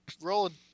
rolling